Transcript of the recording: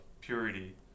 purity